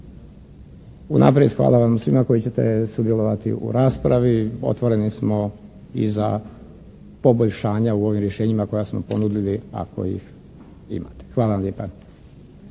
Unaprijed hvala vam svima koji ćete sudjelovati u raspravi. Otvoreni smo i za poboljšanja u ovim rješenjima koja smo ponudili ako ih imate. Hvala lijepa.